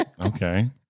Okay